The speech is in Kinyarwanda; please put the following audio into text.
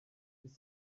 none